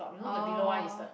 oh